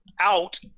out